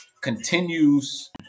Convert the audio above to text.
continues